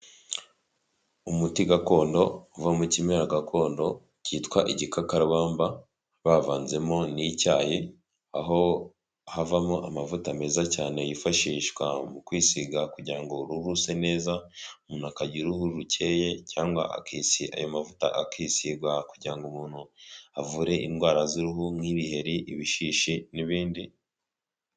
Umuti gakondo uva mu kimera gakondo kitwa igikakarubamba bavanzemo n'icyayi aho havamo amavuta meza cyane yifashishwa mu kwisiga kugira uruhu ruse neza umuntu akagira uruhu rukeye cyangwa akisiga ayo mavuta akisigagwa kugira ngo umuntu avure indwara z'uruhu nk'ibiheri ibishishi n'ibindi.